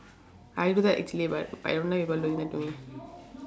I do that actually but I don't like people doing that to me